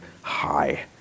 high